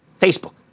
Facebook